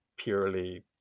Purely